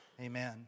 Amen